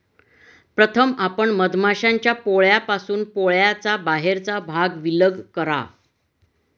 प्रथम आपण मधमाश्यांच्या पोळ्यापासून पोळ्याचा बाहेरचा भाग विलग करा